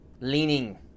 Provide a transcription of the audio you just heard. leaning